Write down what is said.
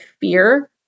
fear